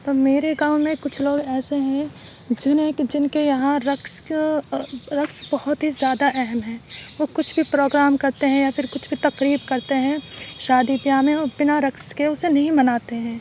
تو میرے گاؤں میں کچھ لوگ ایسے ہیں جنہیں جن کے یہاں رقص رقص بہت ہی زیادہ اہم ہے وہ کچھ بھی پروگرام کرتے ہیں یا کچھ بھی تقریب کرتے ہیں شادی بیاہ میں بنا رقص کے اسے نہیں مناتے ہیں